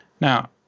now